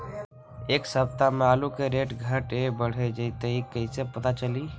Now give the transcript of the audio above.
एक सप्ताह मे आलू के रेट घट ये बढ़ जतई त कईसे पता चली?